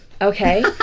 okay